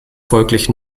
folglich